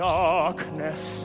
darkness